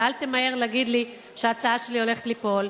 ואל תמהר להגיד לי שההצעה שלי הולכת ליפול.